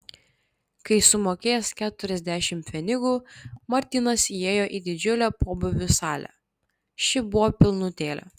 kai sumokėjęs keturiasdešimt pfenigų martynas įėjo į didžiulę pobūvių salę ši buvo pilnutėlė